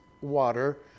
water